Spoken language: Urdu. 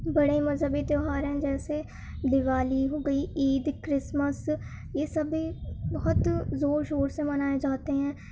بڑے مذہبی تہوار ہیں جیسے دیوالی ہو گئی عید کرسمس یہ سبھی بہت زور شور سے منائے جاتے ہیں